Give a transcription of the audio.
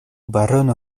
barono